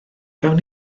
gawn